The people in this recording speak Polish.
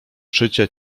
szycie